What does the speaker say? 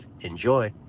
Enjoy